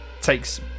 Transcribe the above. takes